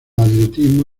atletismo